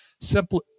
simply